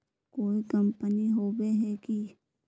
कोई कंपनी होबे है की?